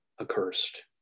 accursed